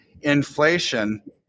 inflation